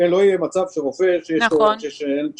שלא יהיה מצב שרופא שיש לו רישיון,